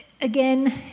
again